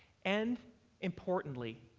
and importantly,